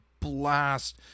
blast